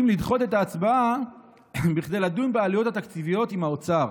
לדחות את ההצבעה כדי לדון בעלויות התקציביות עם האוצר.